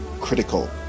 critical